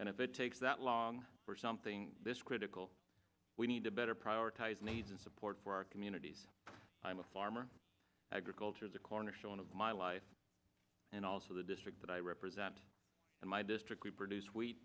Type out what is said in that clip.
and if it takes that long for something this critical we need to better prioritize needs and support for our communities i'm a farmer agriculture the cornerstone of my life and also the district that i represent in my district we produce sweet